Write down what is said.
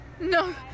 No